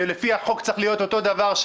שלפי החוק צריך להיות אותו דבר,